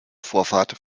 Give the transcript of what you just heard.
vorfahrt